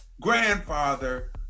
grandfather